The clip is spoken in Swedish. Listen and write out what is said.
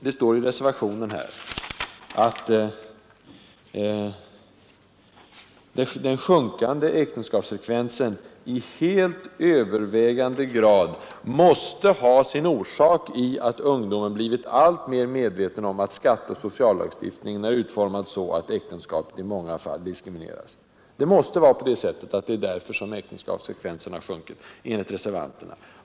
Det står i reservationen att ”den sjunkande äktenskapsfrekvensen i helt övervägande grad måste ha sin orsak i att ungdomen blivit alltmer medveten om att skatteoch sociallagstiftningen är utformad så, att äktenskapet i många fall diskrimineras”. Enligt reservanterna måste det alltså vara av denna orsak som äktenskapsfrekvensen har sjunkit.